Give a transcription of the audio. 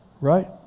right